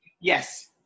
Yes